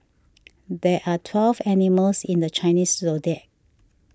there are twelve animals in the Chinese zodiac